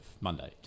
Monday